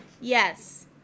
Yes